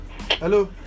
Hello